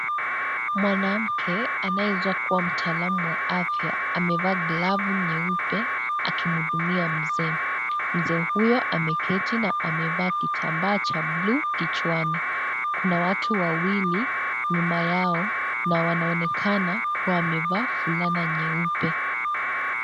Mwanamke anayeweza kuwa mtaalau wa afya, amevalia glavu nyeupe akimuhudumia mzee. Mzee huyo ameketi na amevaa kitambaa cha bluu kichwani, kuna watu wawili nyuma yao na wanaonekana kuwa wamevaa fulana nyeupe.